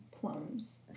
plums